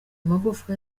amagufwa